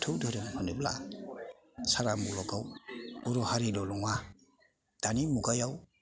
बाथौ धोरोम होनोब्ला सारा मुलुगआव बर' हारिल' नङा दानि मुगायाव